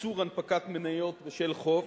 איסור הנפקת מניות בשל חוב)